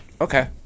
Okay